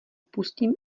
pustím